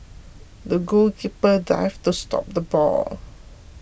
the goalkeeper dived to stop the ball